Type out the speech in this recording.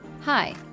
Hi